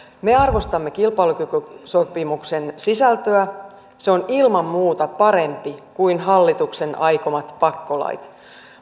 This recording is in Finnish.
me arvostamme kilpailukykysopimuksen sisältöä se on ilman muuta parempi kuin hallituksen aikomat pakkolait